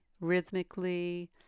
rhythmically